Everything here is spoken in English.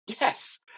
yes